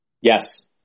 Yes